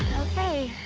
okay.